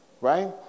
Right